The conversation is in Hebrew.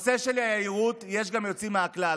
נושא היהירות, יש גם יוצאים מהכלל.